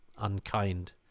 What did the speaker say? unkind